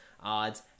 odds